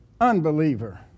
unbeliever